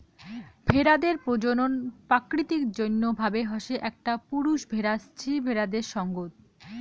ভেড়াদের প্রজনন প্রাকৃতিক জইন্য ভাবে হসে একটা পুরুষ ভেড়ার স্ত্রী ভেড়াদের সঙ্গত